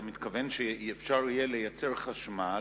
אתה מתכוון שאפשר יהיה לייצר חשמל,